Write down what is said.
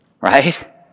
Right